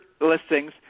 listings